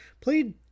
played